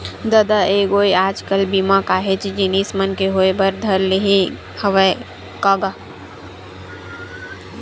ददा ऐ गोय आज कल बीमा काहेच जिनिस मन के होय बर धर ले हवय का गा?